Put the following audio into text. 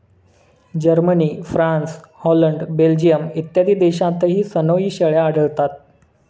Germany, France, Holland, Belgium इत्यादी देशांतही सनोई शेळ्या आढळतात